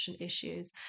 issues